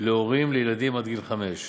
להורים לילדים עד גיל חמש.